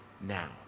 now